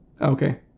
Okay